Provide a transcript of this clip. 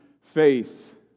faith